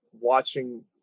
watching